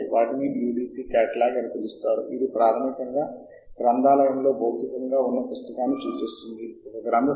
కాబట్టి క్లుప్తంగా ఎలా విభిన్న క్రమబద్ధీకరణలు సంగ్రహంగా చేయవచ్చో వాటిలో ముఖ్యమైనవి కొన్ని ఇక్కడ ఇచ్చాను